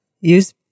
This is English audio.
use